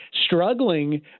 struggling